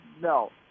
No